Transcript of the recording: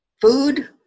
food